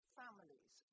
families